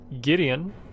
Gideon